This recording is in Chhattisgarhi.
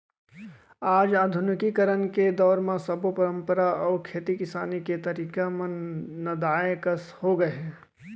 आज आधुनिकीकरन के दौर म सब्बो परंपरा अउ खेती किसानी के तरीका मन नंदाए कस हो गए हे